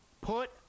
Put